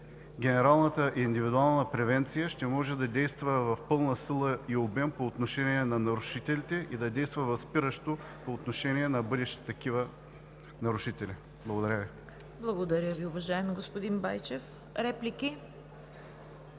генералната, индивидуална превенция ще може да действа в пълна сила и обем по отношение на нарушителите и да действа възпиращо по отношение на бъдещи такива нарушители. Благодаря Ви.